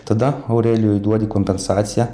tada aurelijui duodi kompensaciją